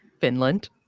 finland